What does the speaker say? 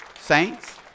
saints